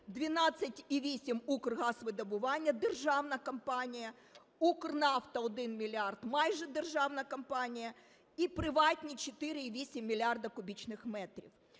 12,8 – Укргазвидобування, державна компанія. Укрнафта – 1 мільярд, майже державна компанія. І приватні – 4,8 мільярда кубічних метрів.